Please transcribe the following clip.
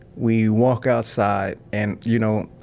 we walk outside and, you know,